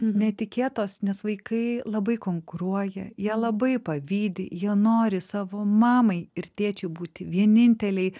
netikėtos nes vaikai labai konkuruoja jie labai pavydi jiw nori savo mamai ir tėčiui būti vieninteliai